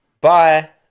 Bye